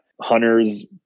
Hunters